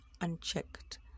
unchecked